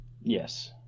Yes